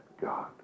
God